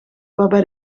waarbij